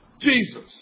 Jesus